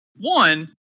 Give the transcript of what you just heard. One